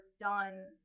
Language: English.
done